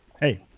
Hey